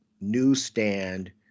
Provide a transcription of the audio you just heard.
newsstand